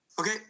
Okay